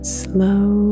slow